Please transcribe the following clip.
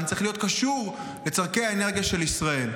צריך להיות קשור לצורכי האנרגיה של ישראל.